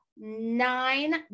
nine